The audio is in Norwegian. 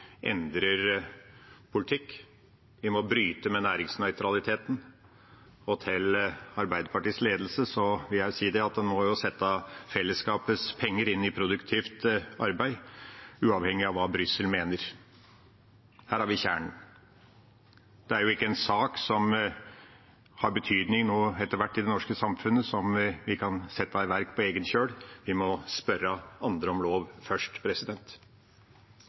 endrer politikken. Vi må bryte med næringsnøytraliteten. Til Arbeiderpartiets ledelse vil jeg si at en må sette fellesskapets penger inn i produktivt arbeid, uavhengig av hva Brussel mener. Og her har vi kjernen. Det er jo nå etter hvert i det norske samfunnet ikke én sak av betydning som vi kan sette i verk på egen kjøl – vi må spørre andre om lov først.